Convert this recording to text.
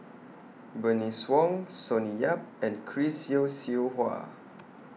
Bernice Wong Sonny Yap and Chris Yeo Siew Hua